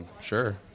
Sure